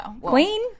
Queen